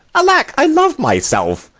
alack, i love myself.